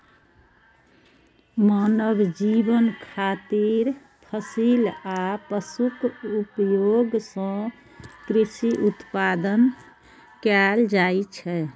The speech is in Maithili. मानव जीवन खातिर फसिल आ पशुक उपयोग सं कृषि उत्पादन कैल जाइ छै